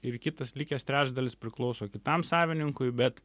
ir kitas likęs trečdalis priklauso kitam savininkui bet